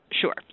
Sure